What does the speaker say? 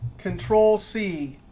control c,